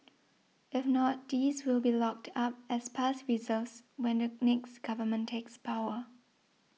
if not these will be locked up as past reserves when the next government takes power